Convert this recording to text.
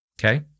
Okay